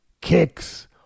kicks